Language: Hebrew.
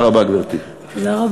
גברתי, תודה רבה.